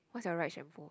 what's your right shampoo